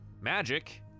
magic